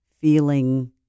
feeling